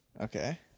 Okay